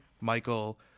Michael